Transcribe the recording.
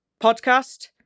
podcast